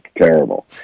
Terrible